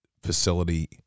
facility